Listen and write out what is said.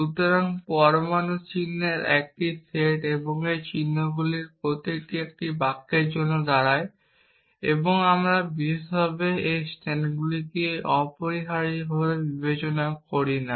সুতরাং পরমাণু চিহ্নের একটি সেট এবং এই চিহ্নগুলির প্রতিটি একটি বাক্যের জন্য দাঁড়ায় এবং আমরা বিশেষভাবে এর স্ট্যান্ডগুলিকে অপরিহার্যভাবে বিবেচনা করি না